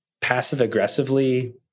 passive-aggressively